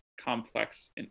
complex